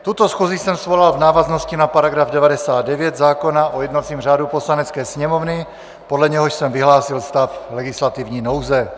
Tuto schůzi jsem svolal v návaznosti na § 99 zákona o jednacím řádu Poslanecké sněmovny, podle něhož jsem vyhlásil stav legislativní nouze.